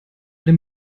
dem